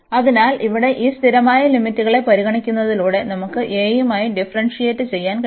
അതിനാൽ ഇവിടെ ഈ സ്ഥിരമായ ലിമിറ്റുകളെ പരിഗണിക്കുന്നതിലൂടെ നമുക്ക് a യുമായി ഡിഫറെന്സിയേഷറ്റ് ചെയ്യാൻ കഴിയും